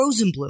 Rosenblum